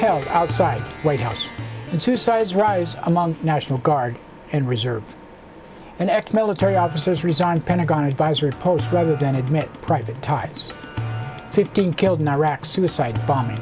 held outside white house in two sides rise among national guard and reserve and act military officers resign pentagon advisory posts rather than admit private targets fifteen killed in iraq suicide bombing